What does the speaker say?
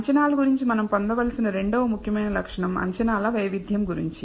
అంచనాల గురించి మనం పొందవలసిన రెండవ ముఖ్యమైన లక్షణం అంచనాల వైవిధ్యం గురించి